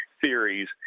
theories